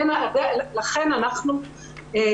בהתאם להנחיות החדשות שהתקבלו בתחילת הסגר,